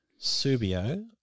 Subio